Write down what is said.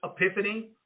epiphany